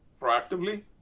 proactively